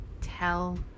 Tell